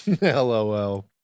LOL